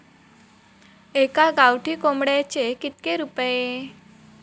एका गावठी कोंबड्याचे कितके रुपये?